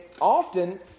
often